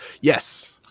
Yes